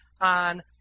on